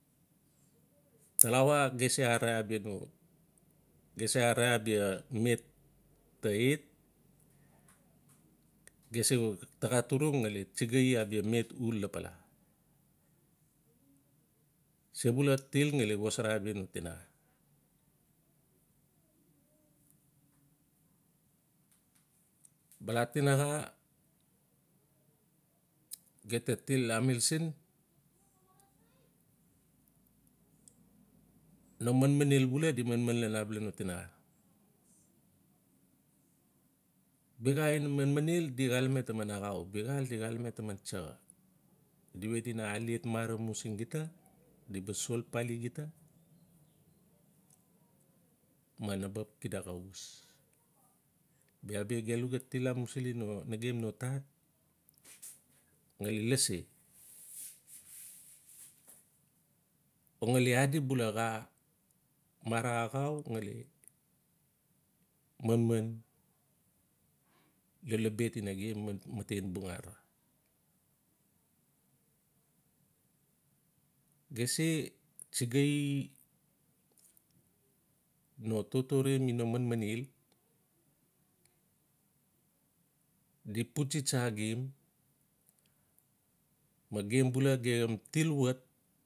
Tawala gem se arari abia no. gem se arari abia met ta et, gem se taxa turung ngali tsigai abia met uul lapala. Sebula til ngali xosara abia no tinaxa. Bala tinaxa ge ta til amil siin no manmamel bula di ian abala no tinaxa. Biaxa manmanel di xalame taman axau biaxal di xalame taman tsaxa. Di we na aliet mara mu siin gita. di ba sol papali gita ma na ba xap xida xaa eas. Bia bi gelu ga til amusili no nagem non tat ngali lasi o ngali adi bula xaa mara axau ngali manman lolobet ina gem matenbung arara. Ge se tsigainno totore mi no manmanel. Di putsi tsa gem ma gem bula gem til wat.